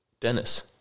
Dennis